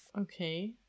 Okay